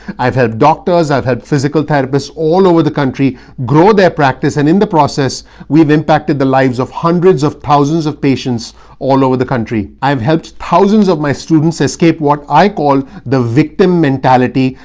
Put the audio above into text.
i've had doctors, i've had physical therapists all over the country grow their practice and in the process we've impacted the lives of hundreds of thousands of patients all over the country. i've helped thousands of my students escape what i call the victim mentality,